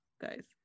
guys